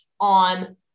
on